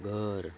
घर